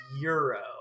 Euro